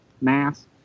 Mass